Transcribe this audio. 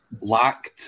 lacked